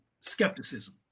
skepticism